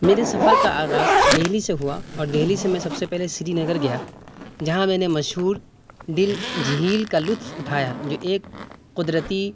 میرے سفر کا آغاز دہلی سے ہوا اور دہلی سے میں سب سے پہلے شری نگر گیا جہاں میں نے مشہور ڈل جھیل کا لطف اٹھایا جو ایک قدرتی